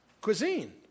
cuisine